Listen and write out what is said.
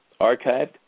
archived